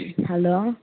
hello